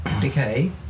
decay